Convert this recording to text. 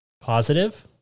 positive